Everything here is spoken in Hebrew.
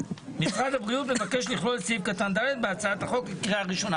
משרד הבריאות מבקש לכלול את סעיף קטן (ד) בהצעת החוק בקריאה ראשונה.